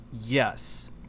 Yes